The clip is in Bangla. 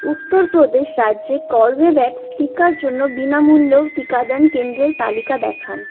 উত্তর প্রদেশ রাজ্যে কর্বেভ্যাক্স টিকার জন্য বিনামূল্য টিকাদান কেন্দ্রের তালিকা দেখান